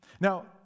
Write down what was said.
Now